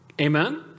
Amen